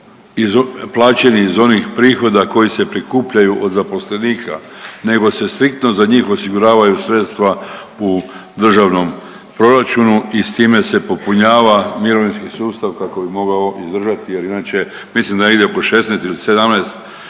iz, plaćeni iz onih prihoda koji se prikupljaju od zaposlenika, nego se striktno za njih osiguravaju sredstva u državnom proračunu i s time se popunjava mirovinski sustav kako bi mogao izdržati jer inače, mislim da negdje oko 16 ili 17